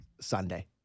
Sunday